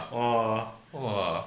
orh